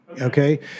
Okay